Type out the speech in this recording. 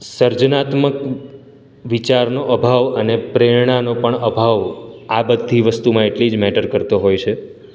સર્જનાત્મક વિચારનો અભાવ અને પ્રેરણાનો પણ અભાવ આ બધી વસ્તુમાં એટલી જ મેટર કરતો હોય છે